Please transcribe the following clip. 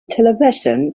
television